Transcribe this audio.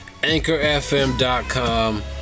anchorfm.com